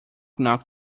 knock